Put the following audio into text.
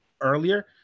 earlier